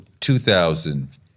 2000